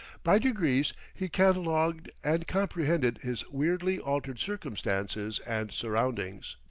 by degrees he catalogued and comprehended his weirdly altered circumstances and surroundings.